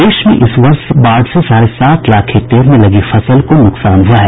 प्रदेश में इस वर्ष बाढ़ से साढ़े सात लाख हेक्टेयर में लगी फसल को नुकसान हुआ है